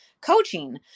coaching